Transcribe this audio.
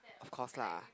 of course lah